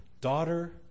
daughter